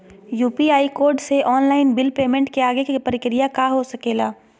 UPI code से online bill payment के आगे के प्रक्रिया का हो सके ला?